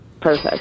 Perfect